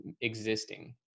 existing